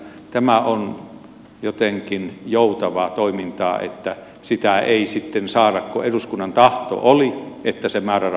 tämä on jotenkin joutavaa toimintaa kun sitä ei sitten saada vaikka eduskunnan tahto oli että se määrärahan taso nousee